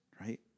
Right